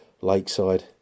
Lakeside